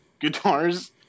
guitars